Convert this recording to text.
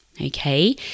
Okay